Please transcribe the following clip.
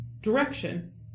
direction